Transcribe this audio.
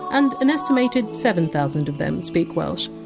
and an estimated seven thousand of them speak welsh.